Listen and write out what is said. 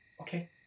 Okay